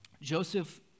Joseph